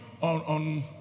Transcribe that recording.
on